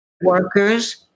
Workers